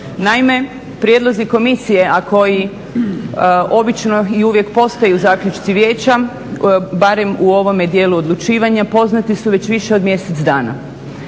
Naime, prijedlozi komisije a koji obično i uvijek postaju zaključci vijeća barem u ovome dijelu odlučivanja poznati su već više od mjesec dana.